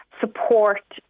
support